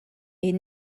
est